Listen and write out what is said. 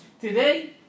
Today